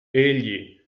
egli